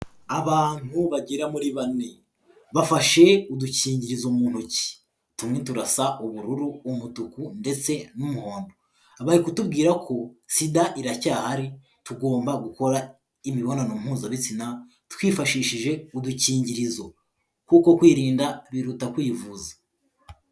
Abantu bagera muri bane, bafashe udukingirizo mu ntoki. Tumwe turasa ubururu umutuku ndetse n'umuhondo. Bari kutubwira ko sida iracyahari, tugomba gukora imibonano mpuzabitsina twifashishije udukingirizo. Kuko kwirinda biruta kwivuza.